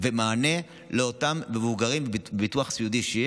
ומענה לאותם מבוגרים, שיהיה ביטוח סיעודי,